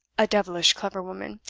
a devilish clever woman,